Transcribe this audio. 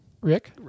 Rick